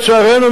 לצערנו,